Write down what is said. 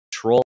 control